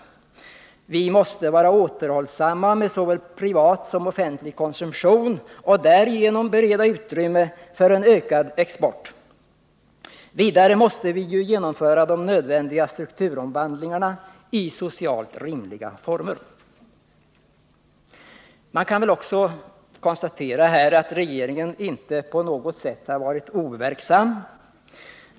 Vi måste vara återhållsamma med såväl privat som offentlig konsumtion och därigenom bereda utrymme för ökad export, och vi måste genomföra de nödvändiga strukturomvandlingarna i socialt rimliga former. Man torde kunna konstatera att regeringen inte på något sätt har varit overksam.